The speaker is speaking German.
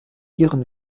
ihren